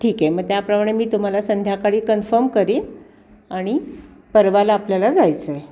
ठीक आहे मग त्याप्रमाणे मी तुम्हाला संध्याकाळी कन्फम करेन आणि परवाला आपल्याला जायचं आहे